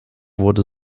wurde